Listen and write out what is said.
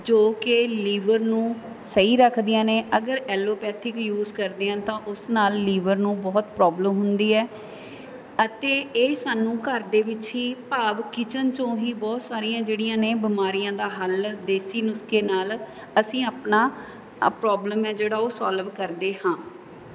ਜੋ ਕਿ ਲੀਵਰ ਨੂੰ ਸਹੀ ਰੱਖਦੀਆਂ ਨੇ ਅਗਰ ਐਲੋਪੈਥੀਕ ਯੂਜ ਕਰਦੇ ਹਾਂ ਤਾਂ ਉਸ ਨਾਲ ਲੀਵਰ ਨੂੰ ਬਹੁਤ ਪ੍ਰੋਬਲਮ ਹੁੰਦੀ ਹੈ ਅਤੇ ਇਹ ਸਾਨੂੰ ਘਰ ਦੇ ਵਿੱਚ ਹੀ ਭਾਵ ਕਿਚਨ 'ਚੋਂ ਹੀ ਬਹੁਤ ਸਾਰੀਆਂ ਜਿਹੜੀਆਂ ਨੇ ਬਿਮਾਰੀਆਂ ਦਾ ਹੱਲ ਦੇਸੀ ਨੁਸਖੇ ਨਾਲ ਅਸੀਂ ਆਪਣਾ ਪ੍ਰੋਬਲਮ ਹੈ ਜਿਹੜਾ ਉਹ ਸੋਲਵ ਕਰਦੇ ਹਾਂ